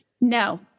No